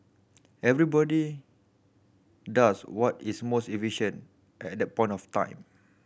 everybody does what is most efficient at that point of time